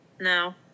No